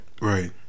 right